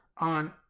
on